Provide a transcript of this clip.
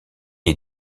est